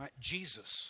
Jesus